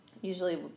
usually